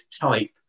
type